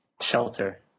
shelter